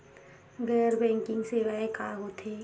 गैर बैंकिंग सेवाएं का होथे?